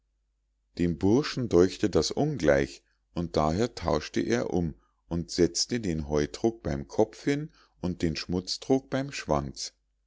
dem burschen däuchte das ungleich und daher tauschte er um und setzte den heutrog beim kopf hin und den schmutztrog beim schwanz